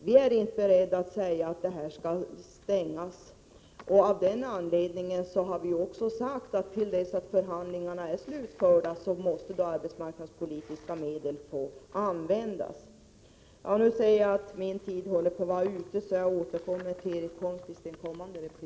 Vi är inte beredda att säga att centralerna skall stängas, och av den anledningen måste arbetsmarknads Prot. 1987/88:131